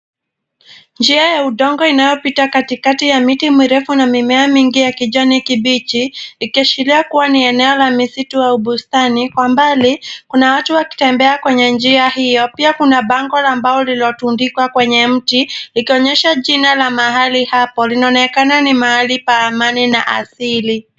Njia ya udongo inayopita katikati ya miti mirefu na mimea mingi ya kijani kibichi, ikiashiria kuwa ni eneo la misitu au bustani. Kwa mbali, kuna watu wakitembea kwenye njia hiyo. Pia, kuna bango ambalo lililotundikwa kwenye mti ikionyesha jina ya mahali hapo, linaonekana ni mahali pa amani na asili.